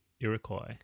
Iroquois